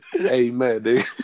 Amen